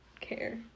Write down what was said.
care